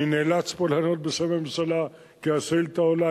אני נאלץ פה לענות בשם הממשלה, כי השאילתא עולה.